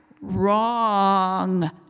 Wrong